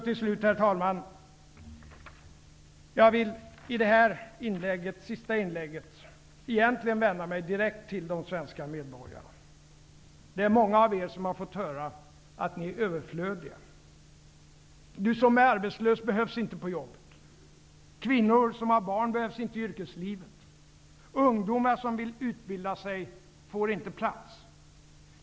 Till slut, herr talman, vill jag i det här sista inlägget egentligen vända mig direkt till de svenska medborgarna. Det är många av er som har fått höra att ni är överflödiga. Du som är arbetslös behövs inte på jobbet. Kvinnor som har barn behövs inte i yrkeslivet. Ungdomar som vill utbilda sig får inte plats.